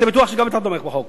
אני בטוח שגם אתה תומך בחוק,